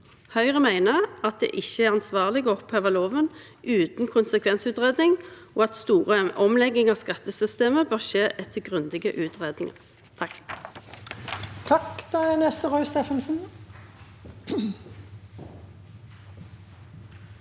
Høyre mener at det ikke er ansvarlig å oppheve loven uten konsekvensutredning, og at store omlegginger av skattesystemet bør skje etter grundige utredninger. Roy